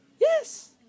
Yes